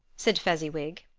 said fezziwig.